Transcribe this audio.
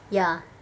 ya